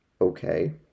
okay